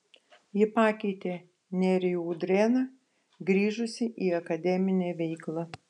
ji pakeitė nerijų udrėną grįžusį į akademinę veiklą